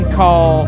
call